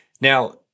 Now